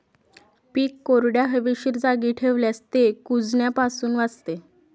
पीक कोरड्या, हवेशीर जागी ठेवल्यास ते कुजण्यापासून वाचते